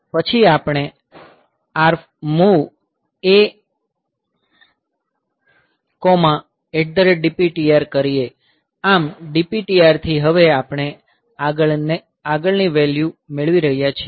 પછી આપણે MOV ADPTR કરીએ આમ DPTR થી હવે આપણે આગળ ની વેલ્યુ મેળવી રહ્યા છીએ